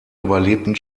überlebten